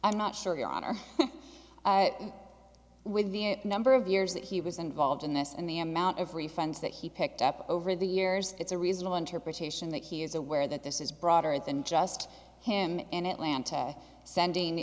i'm not sure your honor when the number of years that he was involved in this and the amount of refunds that he picked up over the years it's a reasonable interpretation that he is aware that this is broader than just him in atlanta sending